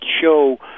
show